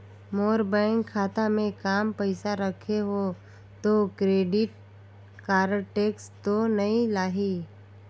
मोर bank खाता मे काम पइसा रखे हो तो क्रेडिट कारड टेक्स तो नइ लाही???